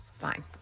Fine